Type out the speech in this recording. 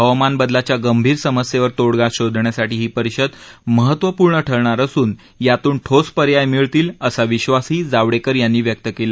हवामान बदलाच्या गंभीर समस्येवर तोडगा शोधण्यासाठी ही परिषद महत्त्वपूर्ण ठरणार असून यातून ठोस पर्याय मिळतील असा विश्वासही जावडेकर यांनी व्यक्त केला